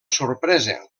sorpresa